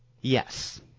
Yes